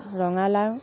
ৰঙালাও